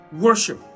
worship